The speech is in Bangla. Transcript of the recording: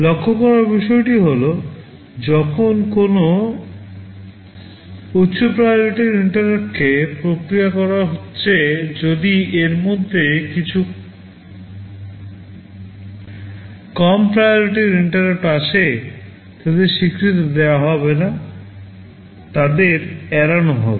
লক্ষ্য করার বিষয়টি হল যখন কোনও উচ্চ PRIORITY র INTERRUPTকে প্রক্রিয়া করা হচ্ছে যদি এর মধ্যে কিছু কম PRIORITY INTERRUPT আসে তাদের স্বীকৃতি দেওয়া হবে না তাদের এড়ানো হবে